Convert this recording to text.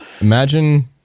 Imagine